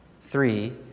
Three